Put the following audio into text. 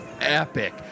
epic